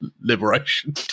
liberation